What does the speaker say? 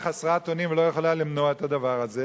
חסרת אונים ולא יכולה למנוע את הדבר הזה,